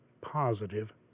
positive